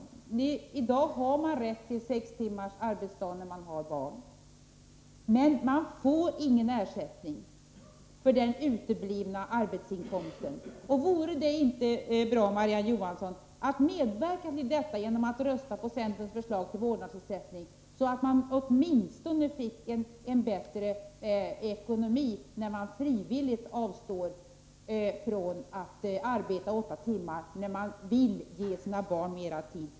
Jag vill ännu en gång upprepa att man i dag har rätt till sex timmars arbetsdag när man har barn, men man får ingen ersättning för den uteblivna arbetsinkomsten. Vore det inte bra, Marie-Ann Johansson, att medverka till att införa en vårdnadsersättning genom att rösta på centerns förslag, så att föräldrarna åtminstone fick en bättre ekonomi när de frivilligt avstår från att arbeta åtta timmar därför att de vill ge sina barn mera tid.